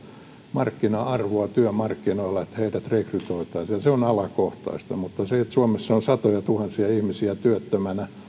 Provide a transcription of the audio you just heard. markkina arvoa työmarkkinoilla että heidät rekrytoitaisiin ja se on alakohtaista mutta se että suomessa on satojatuhansia ihmisiä työttömänä